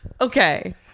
Okay